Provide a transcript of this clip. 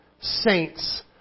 saints